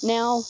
Now